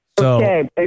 Okay